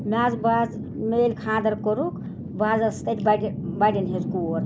مےٚ حظ بہٕ حظ مےٚ ییٚلہِ خانٛدر کوٚرُکھ بہٕ حظ ٲسٕس تَتہِ بڑِ بڑٮ۪ن ہِنٛز کوٗر